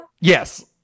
yes